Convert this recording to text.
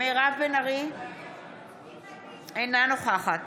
אינה נוכחת